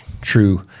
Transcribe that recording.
True